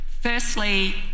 Firstly